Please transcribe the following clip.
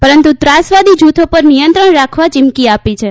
પરંતુ ત્રાસવાદી જૂથો પર નિયંત્રણ રાખવા ચીમકી આપી છે